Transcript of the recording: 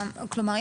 כלומר,